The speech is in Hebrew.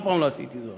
אף פעם לא עשיתי זאת,